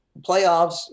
playoffs